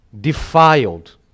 defiled